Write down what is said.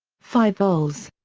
five vols.